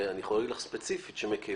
ואני יכול להגיד לך ספציפית שמכיוון